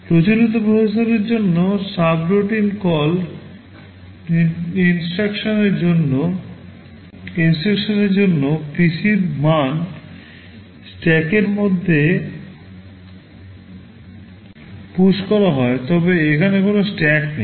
প্রচলিত প্রসেসরের জন্য subroutine call instruction এর জন্য PCর মান স্ট্যাকের মধ্যে push করা হয় তবে এখানে কোনও স্ট্যাক নেই